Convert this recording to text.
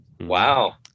Wow